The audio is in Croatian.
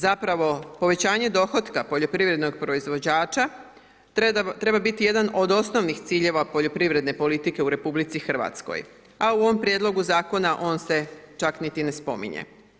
Zapravo, povećanje dohotka poljoprivrednog proizvođača treba biti jedan od osnovnih ciljeva poljoprivredne politike u RH, a u ovom prijedlogu Zakona on se čak niti ne spominje.